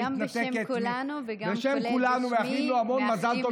גם בשם כולנו וגם כולל בשמי מאחלים לו מזל טוב